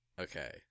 Okay